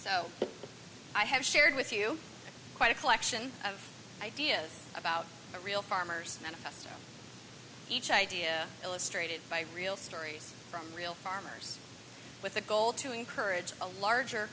so i have shared with you quite a collection of ideas about the real farmers and each idea illustrated by real stories from real farmers with the goal to encourage a larger